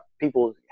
people